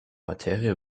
materie